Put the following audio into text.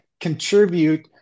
contribute